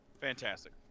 fantastic